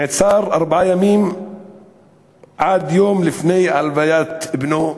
נעצר לארבעה ימים עד יום לפני הלוויית בנו,